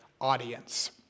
audience